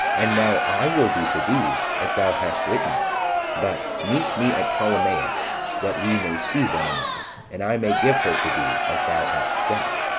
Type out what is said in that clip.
and now i will do to thee as thou hast written but meet me at ptolemais, that we may see one another, and i may give her to thee as thou hast said.